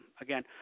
Again